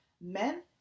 Men